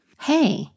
hey